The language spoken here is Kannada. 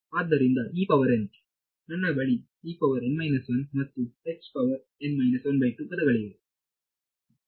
ಆದ್ದರಿಂದ ನನ್ನ ಬಳಿ ಮತ್ತು ಪದಗಳಿವೆ